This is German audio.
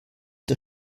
der